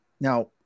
Now